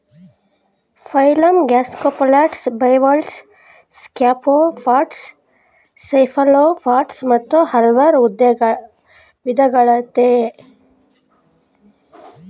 phylum gastropods bivalves scaphopods cephalopods ಮತ್ತು ಹಲ್ವಾರ್ ವಿದಗಳಯ್ತೆ